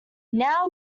now